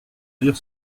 lire